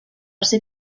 ser